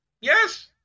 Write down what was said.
Yes